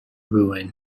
rouen